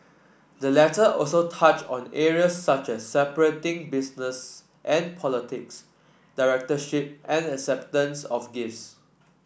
the letter also touched on areas such as separating business and politics directorship and acceptance of gifts